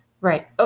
Right